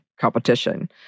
competition